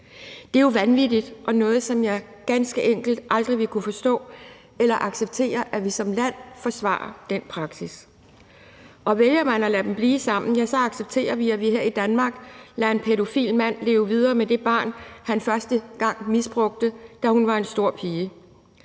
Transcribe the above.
er jo vanvittigt og noget, som jeg ganske enkelt aldrig ville kunne forstå eller acceptere. Vælger man at lade dem blive sammen, accepterer vi, at vi her i Danmark lader en pædofil mand leve videre med det barn, han første gang misbrugte, da hun var en stor pige.